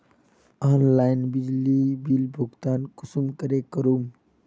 Online बिजली bill भुगतान कुंसम करे करूम?